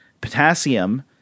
potassium